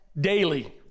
daily